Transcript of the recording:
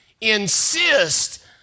Insist